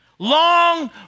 Long